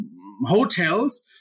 hotels